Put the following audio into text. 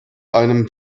einem